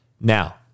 Now